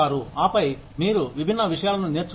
ఆపై మీరు విభిన్న విషయాలను నేర్చుకుంటారు